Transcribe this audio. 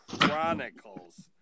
Chronicles